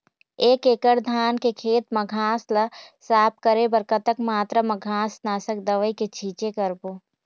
एक एकड़ धान के खेत मा घास ला साफ करे बर कतक मात्रा मा घास नासक दवई के छींचे करबो?